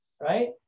Right